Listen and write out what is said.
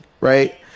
right